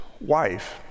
wife